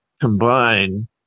combine